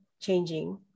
changing